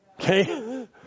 Okay